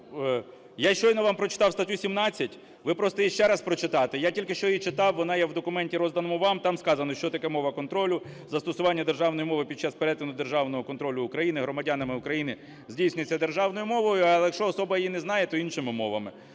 я щойно вам прочитав статтю 17, ви просто її ще раз прочитайте. Я тільки що її читав, вона є в документі, розданому вам. Там сказано, що таке "мова контролю": "Застосування державної мови під час перетину державного кордону України громадянами України здійснюється державною мовою, але якщо особа її не знає, то іншими мовами".